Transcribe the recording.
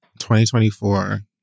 2024